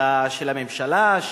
של הממשלה,